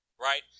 Right